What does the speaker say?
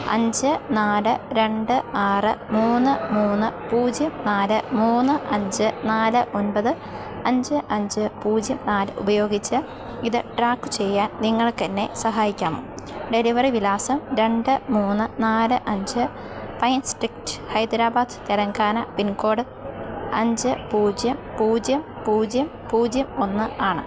അഞ്ച് നാല് രണ്ട് ആറ് മൂന്ന് മൂന്ന് പൂജ്യം നാല് മൂന്ന് അഞ്ച് നാല് ഒൻപത് അഞ്ച് അഞ്ച് പൂജ്യം നാല് ഉപയോഗിച്ച് ഇത് ട്രാക്ക് ചെയ്യാൻ നിങ്ങൾക്കെന്നെ സഹായിക്കാമോ ഡെലിവറി വിലാസം രണ്ട് മൂന്ന് നാല് അഞ്ച് pine street Hyderabad Telangana pin code അഞ്ച് പൂജ്യം പൂജ്യം പൂജ്യം പൂജ്യം ഒന്ന് ആണ്